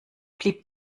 blieb